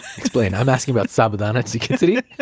explain. i'm asking about sabudana khichdi.